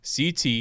CT